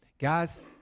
Guys